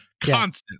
constant